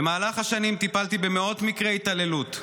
במהלך השנים טיפלתי במאות מקרי התעללות.